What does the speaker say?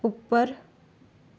ਉੱਪਰ